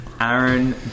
Aaron